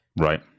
Right